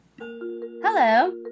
Hello